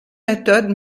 méthodes